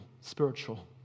Spiritual